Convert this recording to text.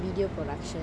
video production